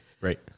Right